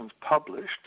published